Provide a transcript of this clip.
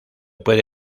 puede